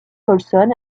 colson